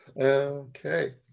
Okay